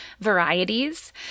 varieties